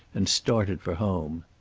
and started for home.